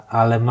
ale